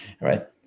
right